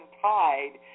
Tide